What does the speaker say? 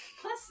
Plus